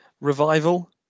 revival